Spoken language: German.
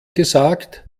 gesagt